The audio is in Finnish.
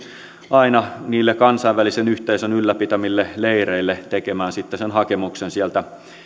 aina niille kansainvälisen yhteisön ylläpitämille leireille tekemään sitten se hakemus sieltä